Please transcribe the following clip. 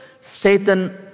Satan